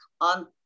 on